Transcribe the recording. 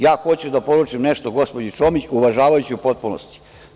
Ja hoću da poručim nešto gospođi Čomić, uvažavajući je u potpunosti.